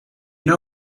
know